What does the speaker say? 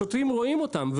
השוטרים רואים אותם,